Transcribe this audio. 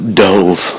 dove